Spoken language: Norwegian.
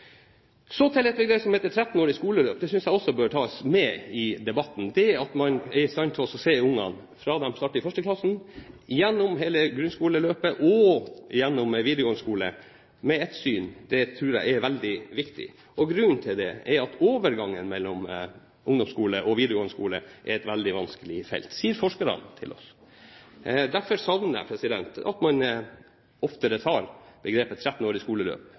Så til begrepet «13-årig skole». Jeg synes det også bør tas med i debatten, det at man er i stand til å se ungene fra de starter i første klasse, gjennom hele grunnskoleløpet og gjennom videregående skole i ett syn. Det tror jeg er veldig viktig. Grunnen til det er at overgangen mellom ungdomsskole og videregående skole er et veldig vanskelig felt, sier forskerne til oss. Derfor savner jeg at man ikke oftere tar 13-årig skoleløp med i